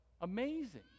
amazing